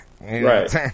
Right